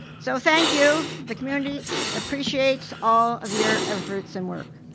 so thank you, the community appreciates all of your efforts and work.